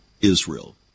Israel